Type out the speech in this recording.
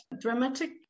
dramatic